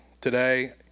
today